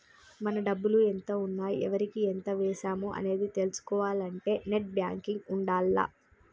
మన డబ్బులు ఎంత ఉన్నాయి ఎవరికి ఎంత వేశాము అనేది తెలుసుకోవాలంటే నెట్ బ్యేంకింగ్ ఉండాల్ల